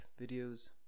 videos